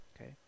okay